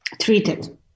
treated